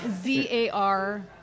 Z-A-R